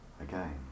Again